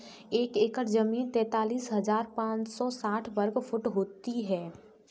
एक एकड़ जमीन तैंतालीस हजार पांच सौ साठ वर्ग फुट होती है